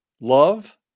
love